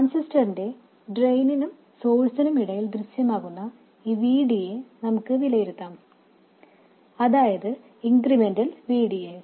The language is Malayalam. ട്രാൻസിസ്റ്ററിന്റെ ഡ്രെയിനിനും സോഴ്സിനും ഇടയിൽ ദൃശ്യമാകുന്ന ഈ VD യെ നമുക്ക് വിലയിരുത്താം അതായത് ഇൻക്രിമെന്റൽ VD യെ